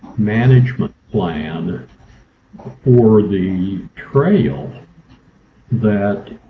management plan or or the trail that,